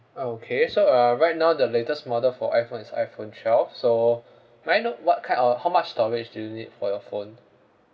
okay so uh right now the latest model for iPhone is iPhone twelve so may I know what kind uh how much storage do you need for your phone